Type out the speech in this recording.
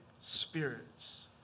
spirits